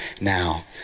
now